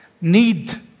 need